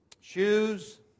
Shoes